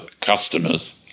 customers